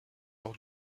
lors